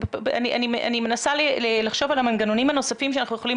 אני מנסה לחשוב על המנגנונים הנוספים שאנחנו יכולים